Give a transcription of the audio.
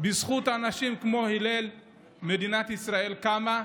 בזכות אנשים כמו הלל מדינת ישראל קמה,